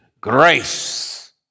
grace